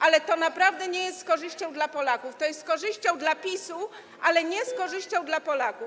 Ale to naprawdę nie jest z korzyścią dla Polaków, to jest z korzyścią dla PiS, ale nie z korzyścią dla Polaków.